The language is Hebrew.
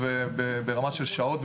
ברמה של שעות,